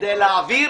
כדי להעביר